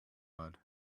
mud